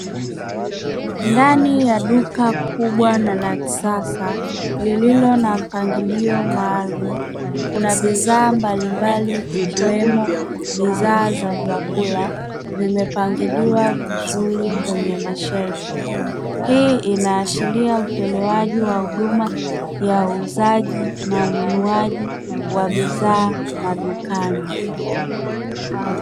Ndani ya duka kubwa na la kisasa lililo na mpangilio maalumu kuna bidhaa mbalimbali ikiwemo bidhaa za vyakula vimepangiliwa vizuri kwenye mashelfu. Hii inaashiria utolewaji wa huduma ya uuzaji na ununuaji wa bidhaa madukani.